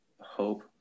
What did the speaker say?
hope